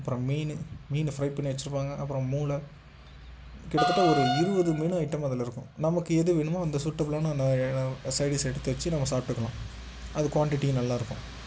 அப்புறம் மீன் மீன் ஃப்ரை பண்ணி வெச்சுருப்பாங்க அப்புறம் மூளை கிட்டத்தட்ட ஒரு இருபது மெனு ஐட்டம் அதில் இருக்கும் நமக்கு எது வேணுமோ அந்த சூட்டபிளான சைட் டிஸ் எடுத்து வெச்சு நம்ம சாப்பிட்டுக்கலாம் அது க்வாண்டிட்டியும் நல்லாயிருக்கும்